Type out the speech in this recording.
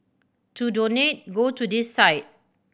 to donate go to this site